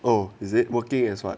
oh is it working as what